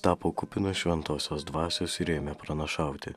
tapo kupina šventosios dvasios ir ėmė pranašauti